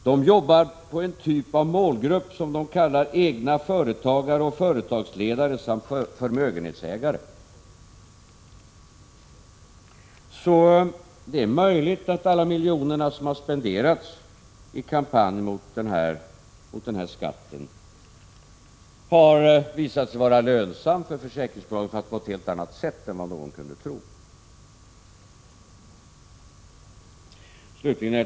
RKA jobbar på en typ av målgrupp som de kallar ”egna företagare och företagsledare samt förmögenhetsägare”. Det är möjligt, mot bakgrund av de uppgifter som lämnats i denna artikel, att alla de miljoner som har spenderats på kampanjer mot engångsskatten har visat sig vara lönsamma för försäkringsbolagen, fast på ett helt annat sätt än vad någon kunde tro. Herr talman!